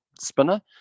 spinner